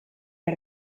der